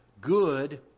good